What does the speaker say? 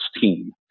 team